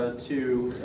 ah to,